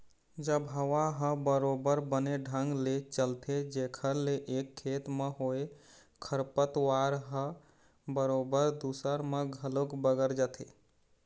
जब हवा ह बरोबर बने ढंग ले चलथे जेखर ले एक खेत म होय खरपतवार ह बरोबर दूसर म घलोक बगर जाथे